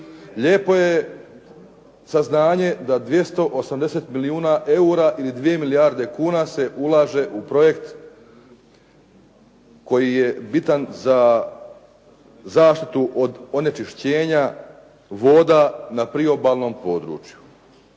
Lijepo je saznanje da 280 milijuna eura ili 2 milijarde kuna se ulaže u projekt koji je bitan za zaštitu od onečišćenja voda na priobalnom području.